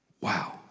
Wow